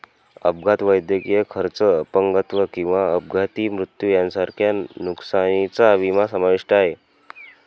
अपघात, वैद्यकीय खर्च, अपंगत्व किंवा अपघाती मृत्यू यांसारख्या नुकसानीचा विमा समाविष्ट आहे